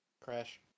Crash